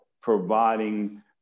providing